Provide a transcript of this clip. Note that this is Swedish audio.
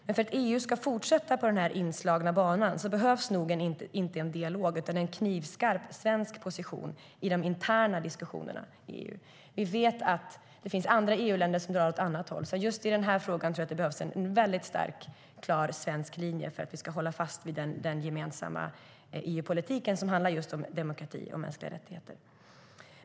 Men för att EU ska fortsätta på den inslagna banan behövs nog inte en dialog utan snarare en knivskarp svensk position i de interna diskussionerna i EU. Vi vet att det finns andra EU-länder som drar åt annat håll. Just i den här frågan tror jag att det behövs en väldigt stark och klar svensk linje för att vi ska hålla fast vid den gemensamma EU-politiken, som handlar just om demokrati och mänskliga rättigheter.